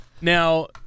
Now